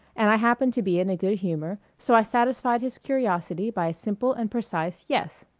and i happened to be in a good humor, so i satisfied his curiosity by a simple and precise yes.